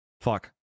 Fuck